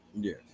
Yes